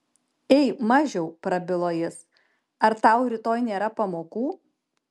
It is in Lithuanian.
ei mažiau prabilo jis ar tau rytoj nėra pamokų